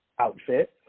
outfit